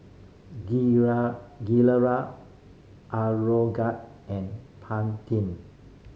Gilera Aroguard and Pantene